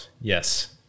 Yes